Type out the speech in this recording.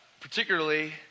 particularly